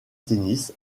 tennis